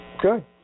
Good